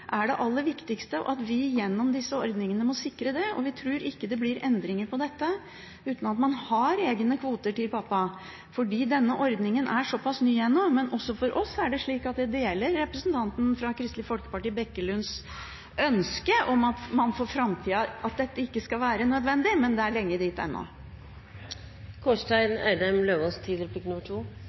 er det aller viktigste, og at vi gjennom disse ordningene må sikre det. Vi tror ikke det blir endringer i dette uten at man har egne kvoter til pappa, for denne ordningen er såpass ny ennå. Men også vi deler ønsket til representanten Bekkevold fra Kristelig Folkeparti om at dette ikke skal være nødvendig i framtida, men det er fremdeles langt dit.